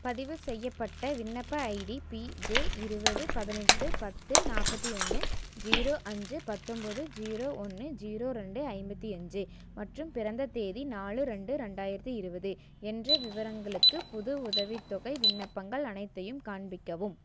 பதிவு செய்யப்பட்ட விண்ணப்ப ஐடி பிஜே இருபது பதினெட்டு பத்து நாற்பத்தி ஒன்று ஜீரோ அஞ்சு பத்தொம்பது ஜீரோ ஒன்று ஜீரோ ரெண்டு ஐம்பத்து அஞ்சு மற்றும் பிறந்த தேதி நாலு ரெண்டு ரெண்டாயிரத்து இருபது என்ற விவரங்களுக்கு புது உதவித்தொகை விண்ணப்பங்கள் அனைத்தையும் காண்பிக்கவும்